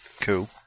Cool